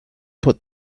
put